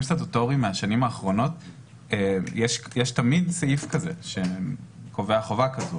סטטוטוריים מהשנים האחרונות יש תמיד סעיף כזה שקובע חובה כזאת.